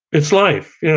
it's life. yeah